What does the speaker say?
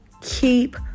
keep